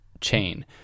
chain